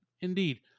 indeed